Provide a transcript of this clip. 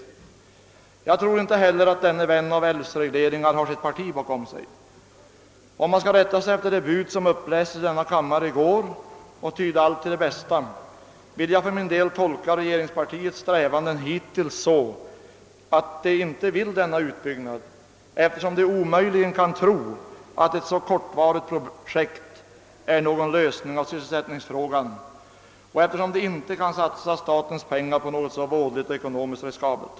S Jag tror inte heller att denne vän av älvregleringar har sitt parti bakom sig. Om man skall rätta sig efter det bud som upplästes i denna kammare i går och tyda allt till det bästa, vill jag för min del tolka regeringspartiets strävanden hittills så, att det inte vill att denna utbyggnad skall komma till stånd, eftersom det omöjligen kan tro, att ett så kortvarigt projekt är någon lösning av sysselsättningsfrågan, och eftersom man inte kan satsa statens pengar på något så vådligt och ekonomiskt riskabelt.